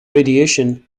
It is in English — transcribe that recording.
radiation